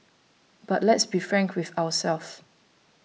but let's be frank with ourselves